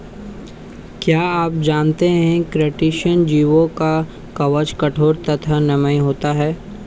क्या आप जानते है क्रस्टेशियन जीवों का कवच कठोर तथा नम्य होता है?